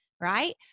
Right